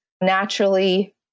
naturally